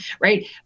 right